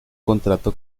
contrato